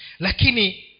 Lakini